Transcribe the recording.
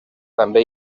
també